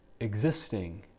existing